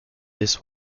this